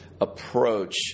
approach